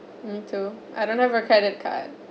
me too I don't have a credit card